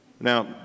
Now